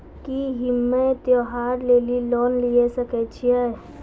की हम्मय त्योहार लेली लोन लिये सकय छियै?